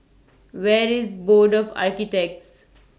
Where IS Board of Architects